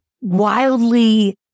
wildly